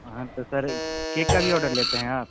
हाँ तो sir cake का भी ऑर्डर लेते हैं आप